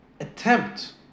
attempt